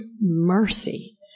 mercy